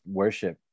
worship